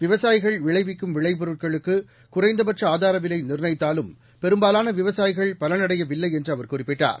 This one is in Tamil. விவசாயிகள் விளைவிக்கும் விளைபொருட்களுக்கு குறைந்தபட்ச ஆதார விலை நிர்ணயித்தாலும் பெரும்பாலான விவசாயிகள் பலனடையவில்லை என்று அவர் குறிப்பிட்டார்